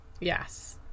Yes